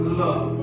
love